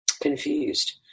confused